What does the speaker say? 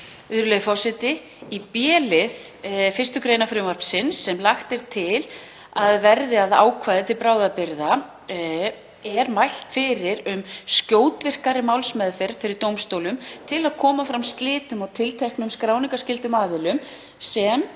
Virðulegur forseti. Í b-lið 1. gr. frumvarpsins sem lagt er til að verði að ákvæði til bráðabirgða er mælt fyrir um skjótvirkari málsmeðferð fyrir dómstólum til að koma fram slitum á tilteknum skráningarskyldum aðilum sem